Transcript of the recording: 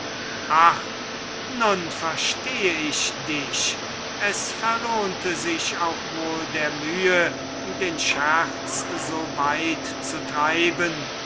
nun verstehe ich dich es verlohnte sich der mühe nicht den scherz so weit zu treiben